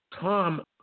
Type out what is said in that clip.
Tom